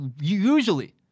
Usually